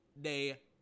day